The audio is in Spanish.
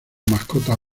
mascotas